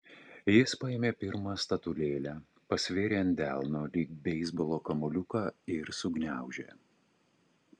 jis paėmė pirmą statulėlę pasvėrė ant delno lyg beisbolo kamuoliuką ir sugniaužė